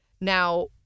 Now